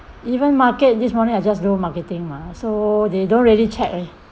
even market this morning I just do marketing mah so they don't really check leh